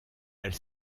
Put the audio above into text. elle